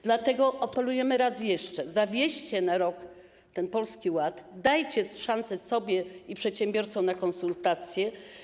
Dlatego apelujemy raz jeszcze: zawieście na rok ten Polski Ład, dajcie szansę sobie i przedsiębiorcom na konsultacje.